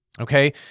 Okay